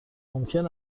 ممکن